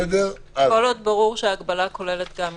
כל עוד ברור שהגבלה כוללת גם אישור.